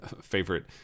favorite